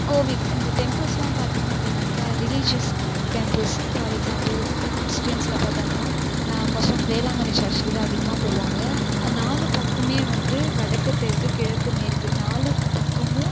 கோவில் இந்த டெம்ப்பிள்ஸ்லாம் பார்த்திங்க அப்படின்னாக்கா ரிலீஜியஸ் டெம்ப்பிள்ஸ் ஃபார் எக்ஸாம்பிள் கிறிஸ்டியன்ஸ்லாம் பாத்தாங்கனா மோஸ்ட் ஆஃப் வேளாங்கண்ணி சர்ச்க்கு தான் அதிகமாக போவாங்க நாலுப்பக்கமுமே வந்து வடக்குத் தெற்கு கிழக்கு மேற்கு நாலுப்பக்கமும்